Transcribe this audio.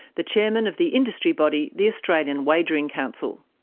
the chairman of the industry body, the australian wagering council.